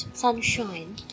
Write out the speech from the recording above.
sunshine